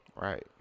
Right